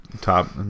top